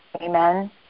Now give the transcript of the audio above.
Amen